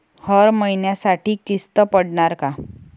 हर महिन्यासाठी किस्त पडनार का?